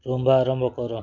ରମ୍ବା ଆରମ୍ଭ କର